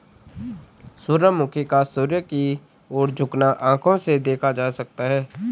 सूर्यमुखी का सूर्य की ओर झुकना आंखों से देखा जा सकता है